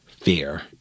fear